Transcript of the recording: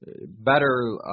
better